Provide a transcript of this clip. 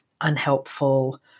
unhelpful